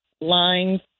lines